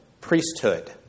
priesthood